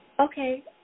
Okay